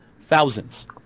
Thousands